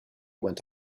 went